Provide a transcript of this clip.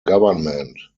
government